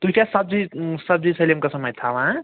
تُہۍ کیٛاہ سبزی سبزی سٲلِم قسٕم اَتہِ تھاوان